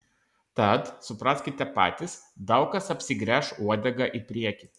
tad supraskite patys daug kas apsigręš uodega į priekį